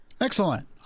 excellent